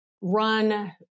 run